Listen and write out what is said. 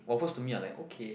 waffles to me are like okay